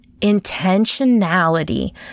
Intentionality